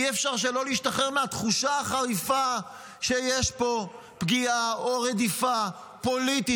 אי-אפשר שלא להשתחרר מהתחושה החריפה שיש פה פגיעה או רדיפה פוליטית.